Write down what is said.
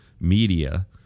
media